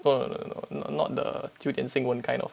no no no not the 九点新闻 kind of